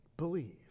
believe